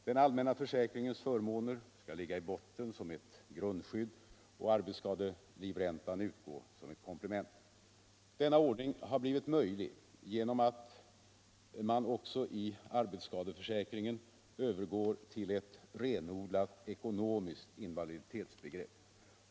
Den allmänna försäkringens förmåner skall ligga i botten som ett grundskydd och arbetsskadelivräntan utgå som ett komplement. Denna ordning har blivit möjlig genom att man också i arbetsskadeförsäkringen övergår till ett renodlat ekonomiskt invaliditetsbegrepp.